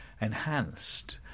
enhanced